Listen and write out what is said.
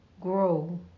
grow